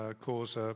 cause